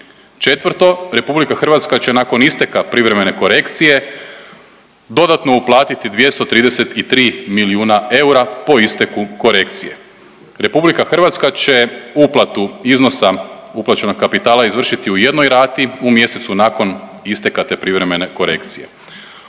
4., RH će nakon isteka privremene korekcije dodatno uplatiti 233 milijuna eura po isteku korekcije. RH će uplatu iznosa uplaćenog kapitala izvršiti u jednoj rati, u mjesecu nakon isteka te privremene korekcije.